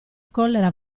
collera